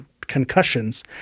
concussions